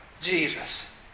Jesus